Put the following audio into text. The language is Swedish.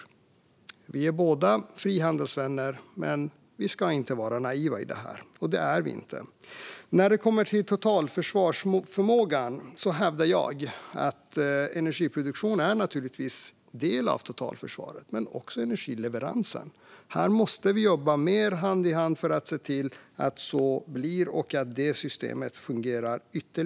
Alexandra Anstrell och jag är båda frihandelsvänner, men vi ska inte vara naiva i detta - och det är regeringen inte. Energiproduktionen är givetvis en del av totalförsvaret liksom energileveransen. Här måste vi jobba mer hand i hand för att systemet ska fungera bättre.